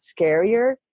scarier